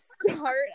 start